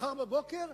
מחר בבוקר,